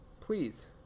Please